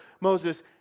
Moses